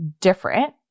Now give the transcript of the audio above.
different